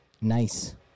Nice